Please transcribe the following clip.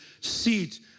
seat